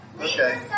Okay